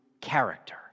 character